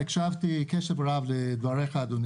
אני יושב ראש ועדת איכות הסביבה,